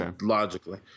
logically